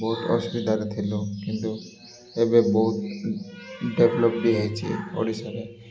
ବହୁତ ଅସୁବିଧାରେ ଥିଲୁ କିନ୍ତୁ ଏବେ ବହୁତ ଡେଭଲପ୍ ବି ହେଇଚି ଓଡ଼ିଶାରେ